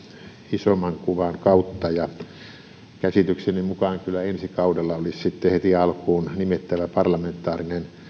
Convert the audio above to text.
isomman kuvan kautta käsitykseni mukaan kyllä ensi kaudella olisi sitten heti alkuun nimettävä parlamentaarinen